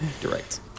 direct